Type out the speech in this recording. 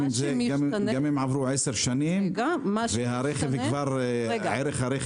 גם אם עברו עשר שנים, וערך הרכב כבר ירד?